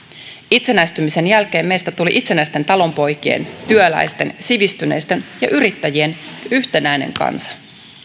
itsenäistymisen jälkeen meistä tuli itsenäisten talonpoikien työläisten sivistyneistön ja yrittäjien yhtenäinen kansa